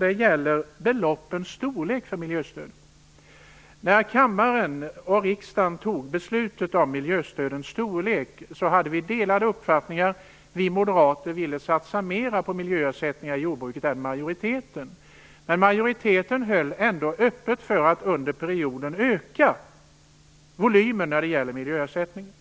Det gäller beloppens storlek i miljöstödet. När riksdagen fattade beslutet om miljöstödens storlek fanns det delade uppfattningar. Vi moderater ville satsa mer på miljöersättningar i jordbruket än vad majoriteten ville. Majoriteten höll ändå öppet för att under perioden öka volymen på miljöersättningen.